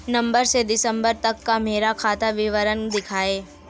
नवंबर से दिसंबर तक का मेरा खाता विवरण दिखाएं?